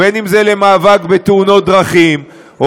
ואם למאבק בתאונות דרכים,